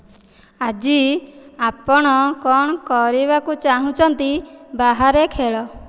ଆଜି ଆପଣ କ'ଣ କରିବାକୁ ଚାହୁଁଛନ୍ତି ବାହାରେ ଖେଳ